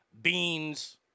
beans